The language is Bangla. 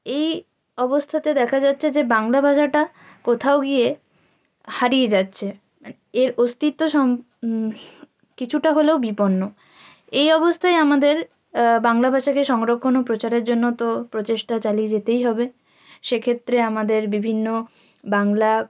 এই অবস্থাতে দেখা যাচ্ছে যে বাংলা ভাষাটা কোথাও গিয়ে হারিয়ে যাচ্ছে মানে এর অস্তিত্ব সং কিছুটা হলেও বিপন্ন এই অবস্থায় আমাদের বাংলা ভাষাকে সংরক্ষণ ও প্রচারের জন্য তো প্রচেষ্টা চালিয়ে যেতেই হবে সে ক্ষেত্রে আমাদের বিভিন্ন বাংলা